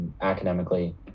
academically